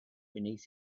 beneath